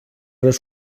les